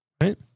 right